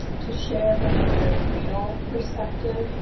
to share from a very real perspective,